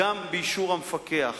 אלא גם באישור המפקח,